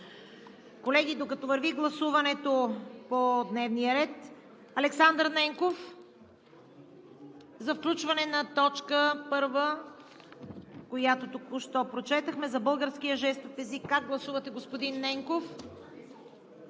Колеги, докато върви гласуването по дневния ред, Александър Ненков, за включване на точка първа, която току-що прочетох – за българския жестов език, как гласувате? АЛЕКСАНДЪР